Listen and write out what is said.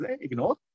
ignore